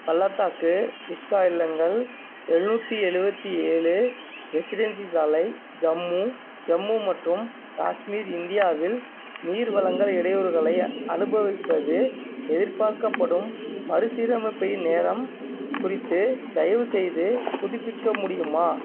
பள்ளத்தாக்கு விஸ்டா இல்லங்கள் எழ்நூத்தி எழுவத்தி ஏழு ரெசிடென்சி சாலை ஜம்மு ஜம்மு மற்றும் காஷ்மீர் இந்தியாவில் நீர் வழங்கல் இடையூறுகளை அனுபவிப்பது எதிர்பார்க்கப்படும் மறுசீரமைப்பின் நேரம் குறித்து தயவு செய்து புதுப்பிக்க முடியுமா